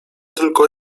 tylko